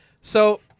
So-